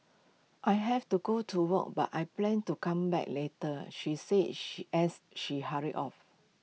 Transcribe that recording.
I have to go to work but I plan to come back later she said she as she hurried off